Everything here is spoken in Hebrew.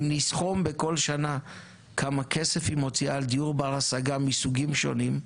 אם נסכום בכל שנה כמה כסף היא מוציאה על דיור בר השגה מסוגים שונים,